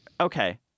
Okay